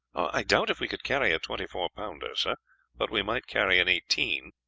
i doubt if we could carry a twenty-four pounder, sir but we might carry an eighteen.